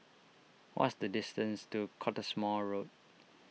what's the distance to Cottesmore Road